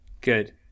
Good